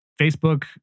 Facebook